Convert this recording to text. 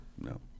no